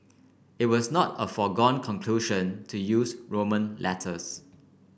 it was not a foregone conclusion to use Roman letters